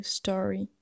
story